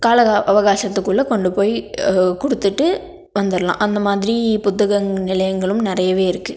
கால அவகாசத்துக்குள்ளே கொண்டு போய் கொடுத்துட்டு வந்துடலாம் அந்த மாதிரி புத்தக நிலையங்களும் நிறையவே இருக்குது